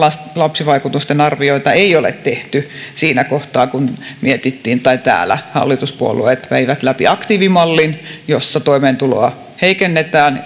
lapsivaikutusten arvioita ei ole tehty siinä kohtaa kun täällä hallituspuolueet veivät läpi aktiivimallin jossa toimeentuloa heikennetään